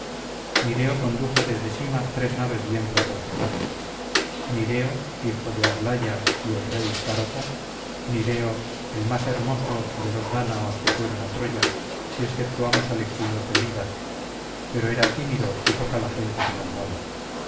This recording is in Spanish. nireo condujo desde sima tres naves bien proporcionadas nireo hijo de aglaya y el rey cáropo nireo el más hermoso de los dáñaos que fueron á troya si exceptuamos al eximio pelida pero era tímido y poca la gente que mandaba